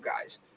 guys